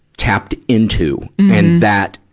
tapped into. and that,